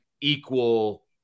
equal